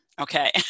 Okay